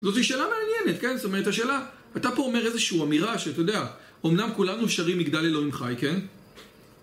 זאת שאלה מעניינת, כן? זאת אומרת, השאלה, אתה פה אומר איזושהי אמירה שאתה יודע, אמנם כולנו שרים יגדל אלוהים חי, כן?